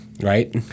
Right